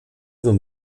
dans